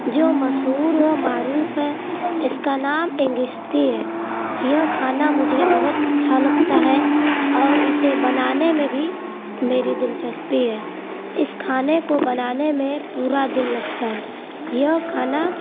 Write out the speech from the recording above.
جو مشہور و معروف ہے اس کا نام انگشتی ہے یہ کھانا مجھے بہت اچھا لگتا ہے اور اسے بنانے میں بھی میری دلچسپی ہے اس کھانے کو بنانے میں پورا دن لگتا ہے یہ کھانا